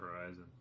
horizon